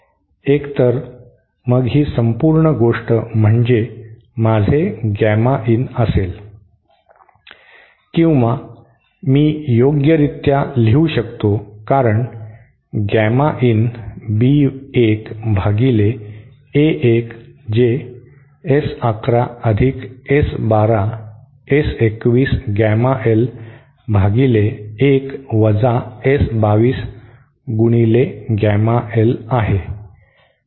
1 तर मग ही संपूर्ण गोष्ट म्हणजे माझे गॅमा इन असेल किंवा मी योग्यरित्या लिहू शकतो कारण गॅमा इन B 1 भागिले A 1 जे S 1 1 अधिक S 1 2 S 2 1 गॅमा l भागिले 1 वजा S 2 2 गुणिले गॅमा l आहे